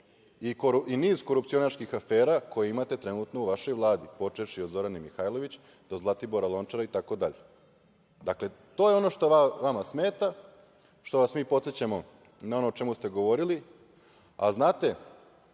i niz korupcionaški afera koje imate trenutno u vašoj Vladi, počevši od Zoran Mihajlović do Zlatibora Lončara itd. Dakle, to ne ono što vama smeta, što vas mi podsećamo na ono o čemu ste govorili. Možda